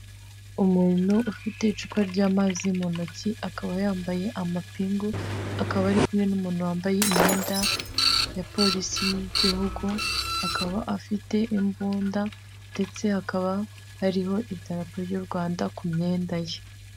Umuntu ufite icupa ry'amazi mu ntoki akaba yambaye amapingu akaba ari kumwe n'umuntu wambaye imyenda ya polisi y'igihugu akaba afite imbunda ndetse hakaba hariho itarapo ry'u Rwanda ku myenda ye.